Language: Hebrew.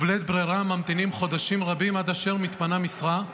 ובלית ברירה ממתינים חודשים רבים עד אשר מתפנה משרה.